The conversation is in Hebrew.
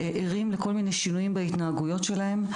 ערים לכל מיני שינויים בהתנהגויות שלהם,